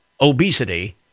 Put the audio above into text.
obesity